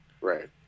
Right